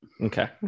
Okay